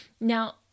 now